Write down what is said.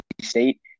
State